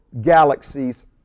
galaxies